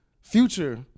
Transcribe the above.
future